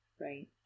right